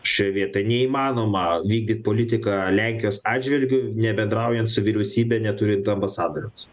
šioj vietoj neįmanoma vykdyt politiką lenkijos atžvilgiu nebendraujant su vyriausybe neturit ambasadoriaus